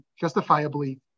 justifiably